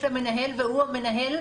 יש להם מנהל והוא המנהל,